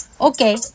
Okay